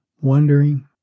wondering